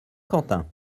quentin